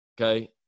okay